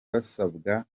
basabwa